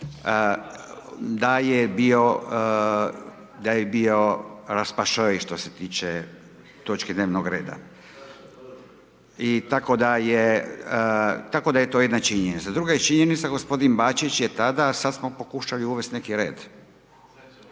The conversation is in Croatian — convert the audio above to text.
da je bio raspašoj što se tiče točke dnevnog reda. I tako da je to jedna činjenica. Druga je činjenica, g. Bačić je tada, sada smo pokušali uvesti neki red